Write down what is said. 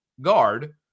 guard